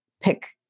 pick